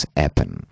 happen